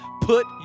put